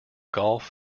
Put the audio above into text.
golf